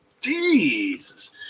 Jesus